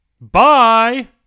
Bye